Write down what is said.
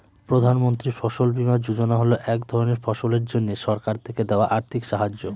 প্রধান মন্ত্রী ফসল বীমা যোজনা হল এক ধরনের ফসলের জন্যে সরকার থেকে দেওয়া আর্থিক সাহায্য